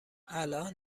الان